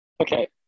Okay